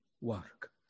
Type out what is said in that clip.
work